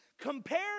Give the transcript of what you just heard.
Compared